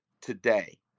today